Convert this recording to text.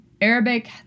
Arabic